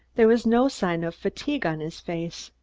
there was no sign of fatigue on his face.